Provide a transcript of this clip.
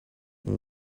they